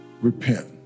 Repent